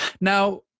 Now